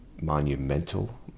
monumental